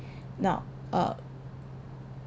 now um